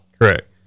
Correct